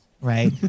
Right